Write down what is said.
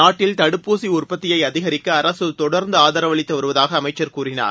நாட்டில் தடுப்பூசி உற்பத்தியை அதிகரிக்க அரசு தொடர்ந்து ஆதரவளித்து வருவதாக அமைச்சர் கூறினார்